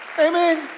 Amen